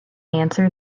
answer